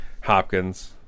Hopkins